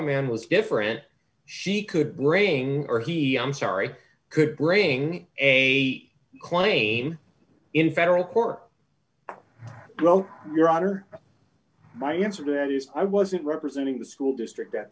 m was different she could bring or he comes ari could bring a claim in federal court well your honor my answer to that is i wasn't representing the school district at